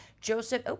Joseph –